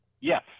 yes